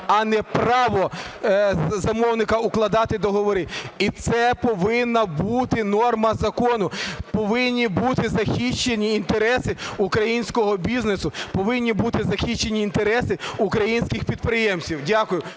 а не право замовника укладати договори. І це повинна бути норма закону. Повинні бути захищені інтереси українського бізнесу. Повинні бути захищені інтереси українських підприємців. Дякую.